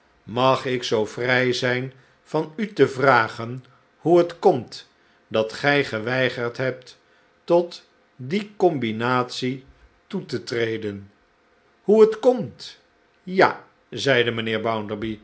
mag ik zoo vrij zijn van u te vragen hoe het komt dat gij geweigerd hebt tot die combinatie toe te treden hoe het komt ja zeide mijnheer